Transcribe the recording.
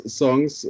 songs